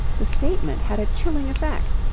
the statement had a chilling effect.